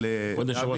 אבל דוד,